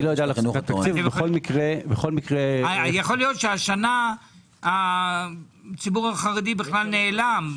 יכול להיות שהשנה הציבור החרדי בכלל נעלם.